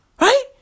right